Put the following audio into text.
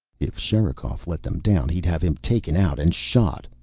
if sherikov let them down he'd have him taken out and shot.